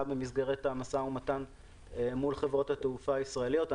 במסגרת המשא ומתן מול חברות התעופה הישראליות.